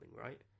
right